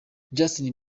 justin